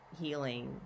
healing